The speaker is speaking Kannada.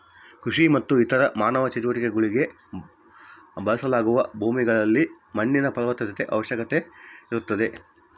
ಕೃಷಿ ಮತ್ತು ಇತರ ಮಾನವ ಚಟುವಟಿಕೆಗುಳ್ಗೆ ಬಳಸಲಾಗುವ ಭೂಮಿಗಳಲ್ಲಿ ಮಣ್ಣಿನ ಫಲವತ್ತತೆಯ ಅವಶ್ಯಕತೆ ಇರುತ್ತದೆ